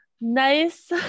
nice